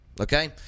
Okay